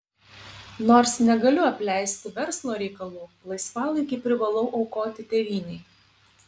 nors negaliu apleisti verslo reikalų laisvalaikį privalau aukoti tėvynei